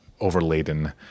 overladen